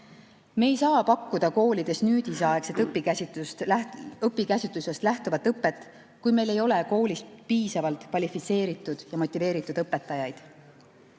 Me ei saa pakkuda koolides nüüdisaegset õpikäsitlusest lähtuvat õpet, kui meil ei ole koolis piisavalt kvalifitseeritud ja motiveeritud õpetajaid.